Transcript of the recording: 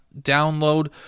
download